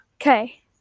okay